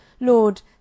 Lord